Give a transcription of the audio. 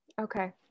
Okay